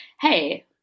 Hey